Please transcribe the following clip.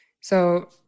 So-